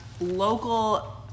local